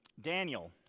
Daniel